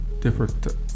different